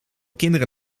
kinderen